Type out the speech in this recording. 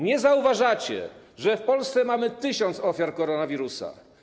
Nie zauważacie, że w Polsce mamy tysiąc ofiar koronawirusa.